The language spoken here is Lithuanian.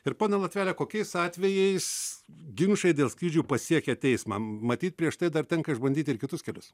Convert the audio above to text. ir ponia latvele kokiais atvejais ginčai dėl skrydžių pasiekia teismą matyt prieš tai dar tenka išbandyti ir kitus kelius